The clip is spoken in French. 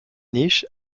niche